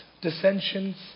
dissensions